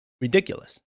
ridiculous